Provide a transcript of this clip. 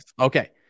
Okay